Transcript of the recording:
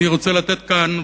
אני רוצה לתת כאן,